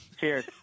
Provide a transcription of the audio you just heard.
Cheers